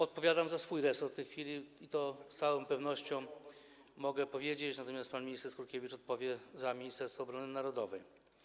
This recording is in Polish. Odpowiadam za swój resort w tej chwili i to z całą pewnością mogę powiedzieć, natomiast pan minister Skurkiewicz odpowie za Ministerstwo Obrony Narodowej.